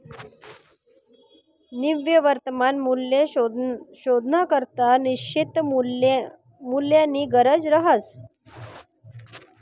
निव्वय वर्तमान मूल्य शोधानाकरता निश्चित मूल्यनी गरज रहास